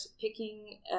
picking